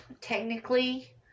technically